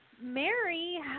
Mary